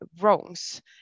wrongs